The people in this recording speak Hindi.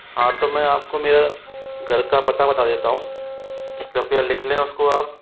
हाँ तो मैं आपको मेरा घर का पता बता देता हूँ कृप्या लिख लें उसको आप